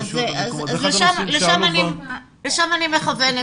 לשם אני מכוונת.